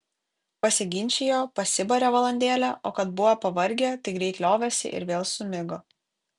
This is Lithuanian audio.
pasiginčijo pasibarė valandėlę o kad buvo pavargę tai greit liovėsi ir vėl sumigo